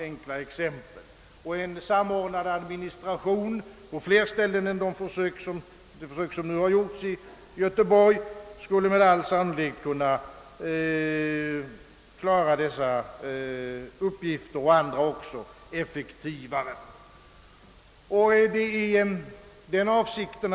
En samordnad administration på flera ställen än i Göteborg — där alltså ett försök gjorts — skulle med all sannolikhet kunna klara dessa och även andra uppgifter på ett effektivare sätt.